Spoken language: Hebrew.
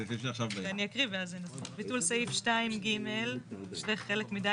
ביטול סעיף 2(ג) שזה חלק מ-ד.